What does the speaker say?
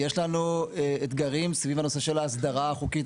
יש לנו אתגרים סביב הנושא של ההסדרה החוקית.